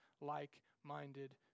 like-minded